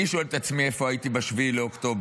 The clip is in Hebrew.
אני שואל את עצמי איפה הייתי ב-7 באוקטובר,